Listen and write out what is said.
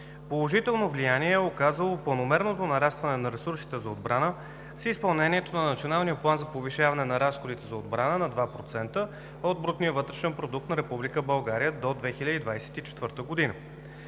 Положително влияние е оказало планомерното нарастване на ресурсите за отбрана с изпълнението на Националния план за повишаване на разходите за отбрана на 2% от брутния вътрешен продукт на Република